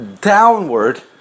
downward